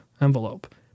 envelope